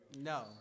No